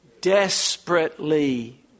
Desperately